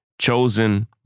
chosen